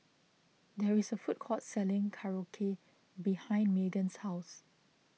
there is a food court selling Korokke behind Meagan's house